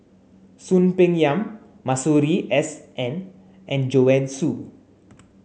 Soon Peng Yam Masuri S N and Joanne Soo